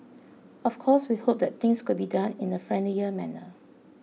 of course we hope that things could be done in a friendlier manner